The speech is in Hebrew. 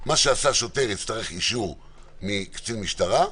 מה שעשה שוטר יצטרך אישור מקצין משטרה,